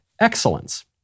excellence